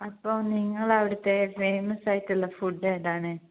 അപ്പോൾ നിങ്ങളവിടുത്തെ ഫേമസ് ആയിട്ടുള്ള ഫുഡ് ഏതാണ്